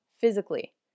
physically